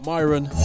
Myron